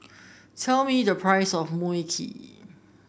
tell me the price of Mui Kee